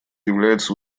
является